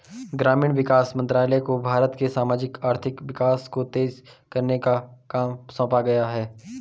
ग्रामीण विकास मंत्रालय को भारत के सामाजिक आर्थिक विकास को तेज करने का काम सौंपा गया है